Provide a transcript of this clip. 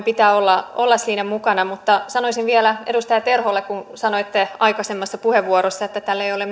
pitää olla olla siinä mukana mutta sanoisin vielä edustaja terholle kun sanoitte aikaisemmassa puheenvuorossa että tällä perheenyhdistämisellä ei ole ole